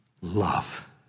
love